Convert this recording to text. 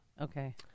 Okay